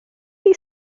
chi